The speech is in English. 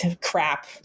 crap